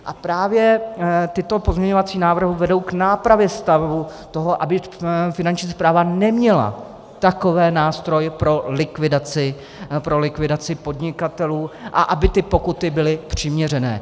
A právě tyto pozměňovací návrhy vedou k nápravě toho, aby Finanční správa neměla takové nástroje pro likvidaci podnikatelů a aby ty pokuty byly přiměřené.